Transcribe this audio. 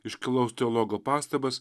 iškilaus teologo pastabas